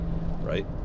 right